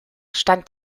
stand